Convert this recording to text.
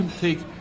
take